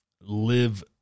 live